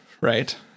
Right